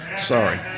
Sorry